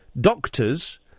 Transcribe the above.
Doctors